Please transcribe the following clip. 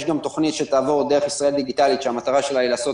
יש גם תוכנית שתעבור דרך "ישראל דיגיטלית" שמטרתה לעשות